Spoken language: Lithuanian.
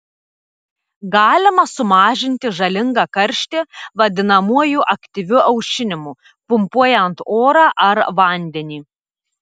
galima sumažinti žalingą karštį vadinamuoju aktyviu aušinimu pumpuojant orą ar vandenį